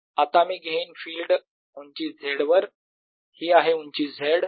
आता मी घेईन फिल्ड उंची z वर ही आहे उंची z